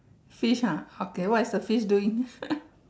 fish ha okay what is the fish doing